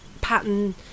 pattern